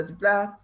blah